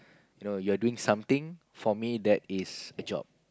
you know you're doing something for me that is a job